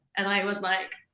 and i was like,